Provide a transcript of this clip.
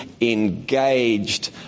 engaged